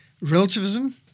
Relativism